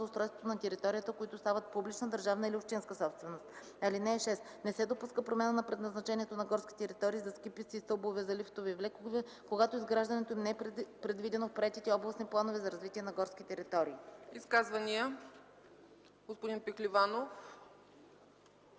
за устройство на територията, които стават публична държавна или общинска собственост. (6) Не се допуска промяна на предназначението на горски територии за ски писти и стълбове за лифтове и влекове, когато изграждането им не е предвидено в приетите областни планове за развитие на горските територии.” ПРЕДСЕДАТЕЛ